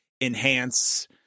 enhance